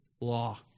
law